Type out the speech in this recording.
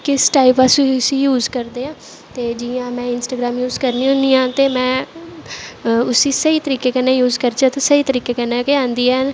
किस टाइप दा अस उसी यूज करदे आं ते जियां में इंस्टाग्राम यूज करनी होन्नी आं ते में उसी स्हेई तरीके कन्नै यूज करचै ते स्हेई तरीके कन्नै गै आंदियां न